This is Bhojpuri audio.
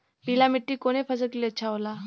पीला मिट्टी कोने फसल के लिए अच्छा होखे ला?